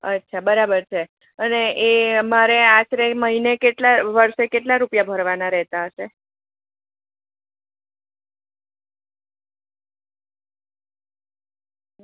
અચ્છા બરાબર છે અને એ અમારે આશરે મહિને કેટલા વર્ષે કેટલા રૂપિયા ભરવાના રહેતા હશે